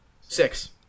Six